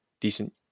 decent